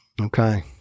Okay